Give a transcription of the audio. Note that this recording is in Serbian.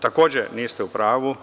Takođe, niste u pravu.